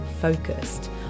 focused